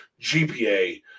GPA